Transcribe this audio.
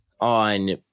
on